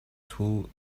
two